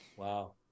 Wow